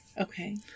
Okay